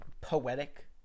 poetic